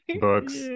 books